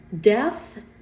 death